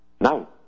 Now